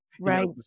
right